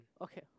Okay